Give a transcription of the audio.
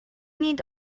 need